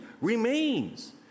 remains